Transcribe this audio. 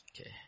Okay